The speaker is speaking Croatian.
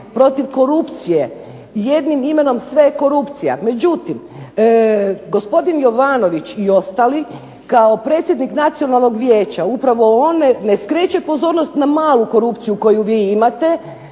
protiv korupcije, jednim imenom sve je korupcija. Međutim, gospodin Jovanović i ostali kao predsjednik Nacionalnog vijeća upravo on ne skreće pozornost na malu korupciju koju vi imate,